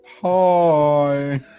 Hi